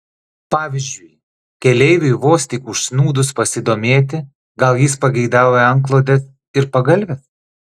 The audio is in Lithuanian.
pavyzdžiui keleiviui vos tik užsnūdus pasidomėti gal jis pageidauja antklodės ir pagalvės